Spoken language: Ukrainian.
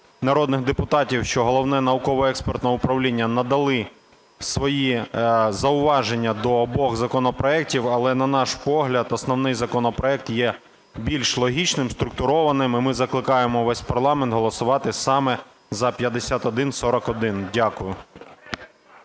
народних депутатів, що Головне науково-експертне управління надало свої зауваження до обох законопроектів. Але, на наш погляд, основний законопроект є більш логічним, структурованим. І ми закликаємо весь парламент голосувати саме за 5141. Дякую.